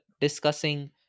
discussing